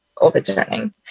Overturning